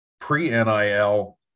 pre-nil